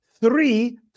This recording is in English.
three